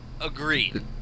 Agreed